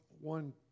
one